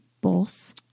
Boss